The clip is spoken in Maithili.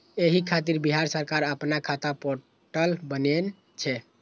एहि खातिर बिहार सरकार अपना खाता पोर्टल बनेने छै